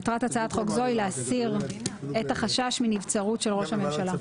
מטרת הצעת חוק זו היא להסיר את החשש מנבצרות של ראש הממשלה.